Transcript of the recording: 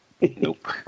Nope